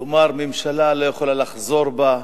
לומר שהממשלה לא יכולה לחזור בה,